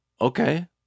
Okay